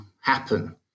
happen